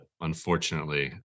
unfortunately